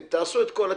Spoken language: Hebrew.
תעשו את כל התיקונים,